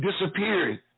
disappeared